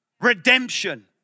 redemption